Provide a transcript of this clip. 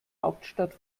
hauptstadt